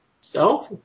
Self